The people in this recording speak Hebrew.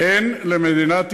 אין למדינת ישראל,